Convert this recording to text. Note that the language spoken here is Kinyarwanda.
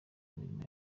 mirimo